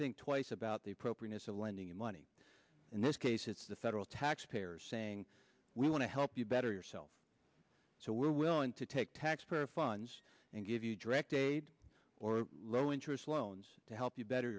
think twice about the appropriateness of lending you money in this case it's the federal taxpayer saying we want to help you better yourself so we're willing to take taxpayer funds and give you direct aid or low interest loans to help you better